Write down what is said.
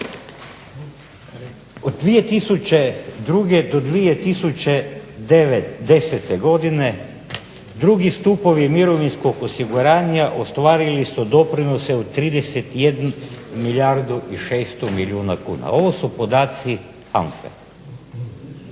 Od 2002. do 2010. godine drugi stupovi mirovinskog osiguranja ostvarili su doprinose od 31 milijardu i 600 milijuna kuna. Ovo su podaci HANFA-e.